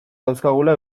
dauzkagula